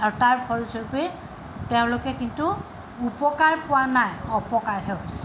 আৰু তাৰ ফলস্বৰূপেই তেওঁলোকে কিন্তু উপকাৰ পোৱা নাই অপকাৰহে হৈছে